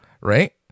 right